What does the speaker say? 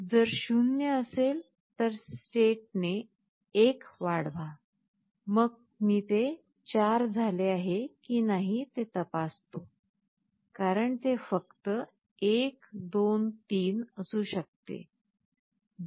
जर 0 असेल तर स्टेटने 1 वाढवा मग मी ते 4 झाले आहे की नाही ते तपासतो कारण ते फक्त 1 2 3 असू शकते